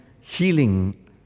healing